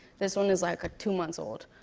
this one is like ah two months old.